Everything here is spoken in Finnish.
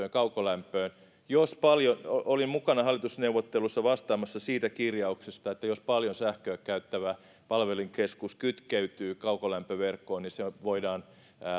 ja kaukolämpöön olin mukana hallitusneuvotteluissa vastaamassa siitä kirjauksesta että jos paljon sähköä käyttävä palvelinkeskus kytkeytyy kaukolämpöverkkoon niin se voidaan